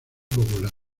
popular